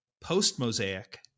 post-mosaic